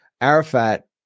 Arafat